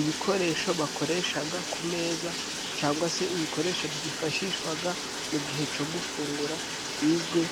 Ibikoresho bakoreshaga ku meza cangwa se ibikoresho byifashishwaga mu gihe co gufungura bizwi